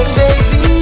baby